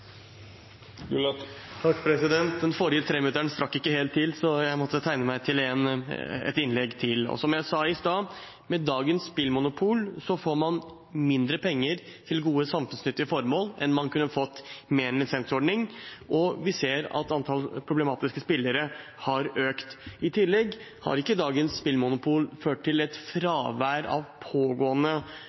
Den forrige treminutteren strakk ikke helt til, så jeg måtte tegne meg til et innlegg til. Som jeg sa i stad, med dagens spillmonopol får man mindre penger til gode samfunnsnyttige formål enn man kunne fått med en lisensordning, og vi ser at antall problemspillere har økt. I tillegg har ikke dagens spillmonopol ført til et fravær av pågående